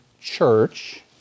church